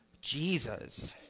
Jesus